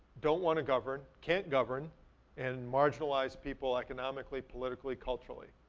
don't wanna govern, can't govern and marginalize people economically, politically, culturally.